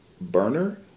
burner